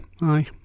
aye